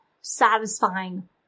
satisfying